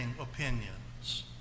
opinions